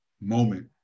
moment